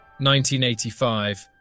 1985